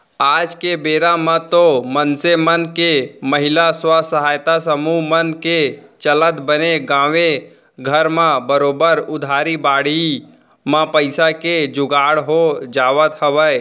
आज के बेरा म तो मनसे मन के महिला स्व सहायता समूह मन के चलत बने गाँवे घर म बरोबर उधारी बाड़ही म पइसा के जुगाड़ हो जावत हवय